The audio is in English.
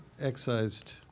excised